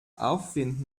aufwind